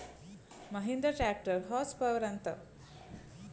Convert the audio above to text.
Mahindra tractor horse power ఎంత?